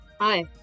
hi